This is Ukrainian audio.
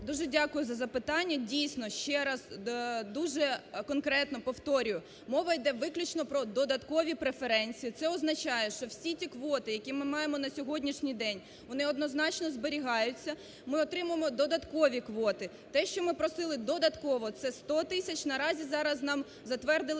Дуже дякую за запитання. Дійсно. Ще раз дуже конкретно повторюю. Мова йде виключно про додаткові преференції. Це означає, що всі ті квоти, які ми маємо на сьогоднішній день, вони, однозначно, зберігаються. Ми отримаємо додаткові квоти. Те, що ми просили додатково, це 100 тисяч. Наразі зараз нам затвердили